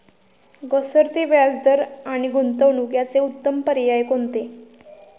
घसरते व्याजदर आणि गुंतवणूक याचे उत्तम पर्याय कोणते?